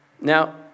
Now